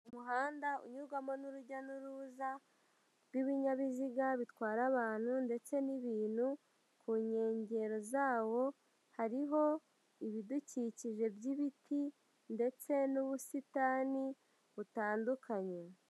Umuhanda unyurwamo n'urujya n'uruza rw'ibinyabiziga bitwara abantu ndetse n'ibintu, ku nkengero zawo hariho ibidukikije by'ibiti ndetse n'ubusitani butandukanye.